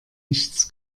nichts